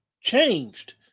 changed